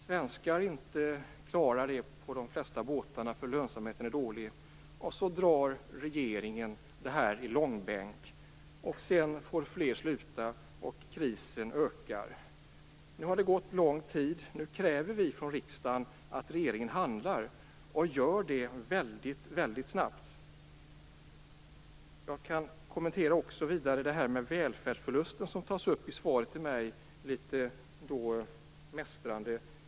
Svenskar klarar inte det, för lönsamheten på de flesta båtarna är dålig. Regeringen drar detta i långbänk. Fler får sluta, och krisen förvärras. Det har gått lång tid. Nu kräver vi från riksdagen att regeringen handlar, och det snabbt. Jag vill också kommentera det som tas upp i interpellationssvaret om välfärdsförlusten, litet mästrande.